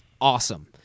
awesome